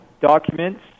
documents